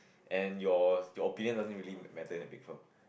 and your your opinion doesn't really matter in a big firm